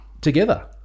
together